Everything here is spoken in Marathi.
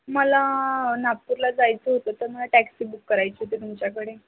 मला नागपूरला जायचं होतं तर मला टॅक्सी बुक करायची होती तुमच्याकडे